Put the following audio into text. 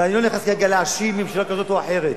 ואני לא נכנס כרגע, אם להאשים ממשלה כזאת או אחרת.